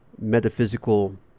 metaphysical